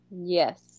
Yes